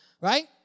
Right